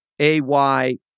AY